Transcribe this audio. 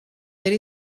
elle